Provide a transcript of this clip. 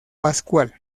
pascual